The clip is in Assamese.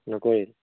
নকৰিলি